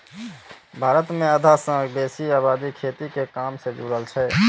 भारत मे आधा सं बेसी आबादी खेती के काम सं जुड़ल छै